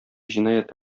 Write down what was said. җинаять